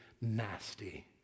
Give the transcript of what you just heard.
nasty